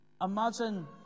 Imagine